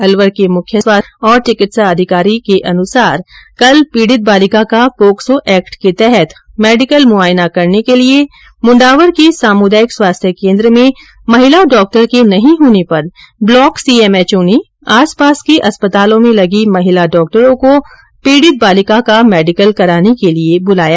अलवर के मुख्य स्वास्थ्य और चिकित्सा अधिकारी के अनुसार कल पीड़ित बालिका का पोक्सो एक्ट के तहत मेडिकल मुआयना करने के लिए मुंडावर के सामुदायिक स्वास्थ्य केंद्र में महिला डॉक्टर के नहीं होने पर ब्लॉक सीएमएचओ ने आस पास के अस्पतालों में लगी महिला डॉक्टरों को पीड़ित बालिका का मेडिकल कराने के लिए बुलाया